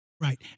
Right